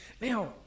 Now